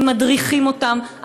הם מדריכים אותם,